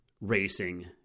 racing